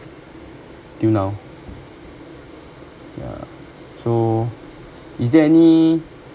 till now yeah so is there any